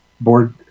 board